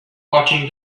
watching